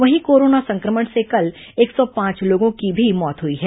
वहीं कोरोना संक्रमण से कल एक सौ पांच लोगों की भी मौत हुई है